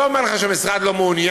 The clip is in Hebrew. לא אומר לך שהמשרד לא מעוניין,